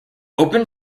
open